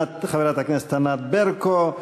חברת הכנסת ענת ברקו,